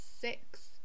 six